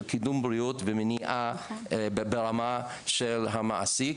קידום בריאות ומניעה ברמה של המעסיק,